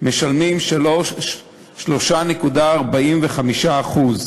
את דיבת עמנו וכפר שוב ושוב בצדקת הקיום של מדינת